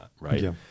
right